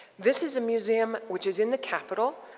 this is a museum which is in the capital.